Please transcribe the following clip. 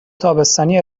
تابستانی